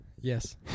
Yes